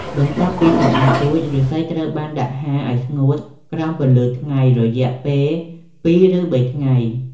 បន្ទាប់ពីសម្អាតរួច ឫស្សីត្រូវបានដាក់ហាលឲ្យស្ងួតក្រោមពន្លឺថ្ងៃរយៈពេលពីរ ឬបីថ្ងៃ។